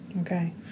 okay